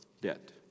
debt